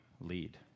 lead